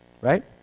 right